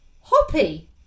hoppy